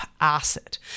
Acid